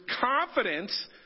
confidence